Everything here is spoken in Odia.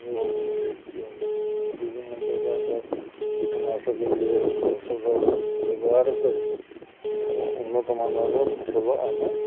ଏବଂ ଏଇ ବିଭିନ୍ନପ୍ରକାରର କୀଟନାଶକ ଔଷଧ ବ୍ୟବହାର କରି ଉନ୍ନତ ମାନର ଫସଲ ଆମେ